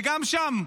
וגם שם,